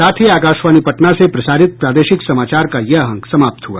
इसके साथ ही आकाशवाणी पटना से प्रसारित प्रादेशिक समाचार का ये अंक समाप्त हुआ